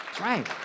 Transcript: Right